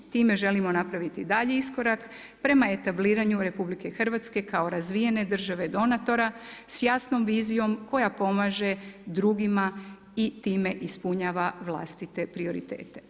Time želimo napraviti i dalji iskorak prema etabliranju RH kao razvijene države i donatora sa jasnom vizijom koja pomaže drugima i time ispunjava vlastite prioritete.